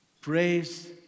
praise